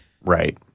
Right